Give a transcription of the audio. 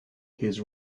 his